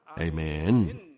Amen